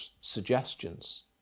suggestions